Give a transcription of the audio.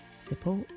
support